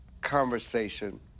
conversation